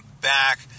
back